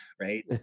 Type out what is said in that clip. right